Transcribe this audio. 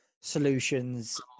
solutions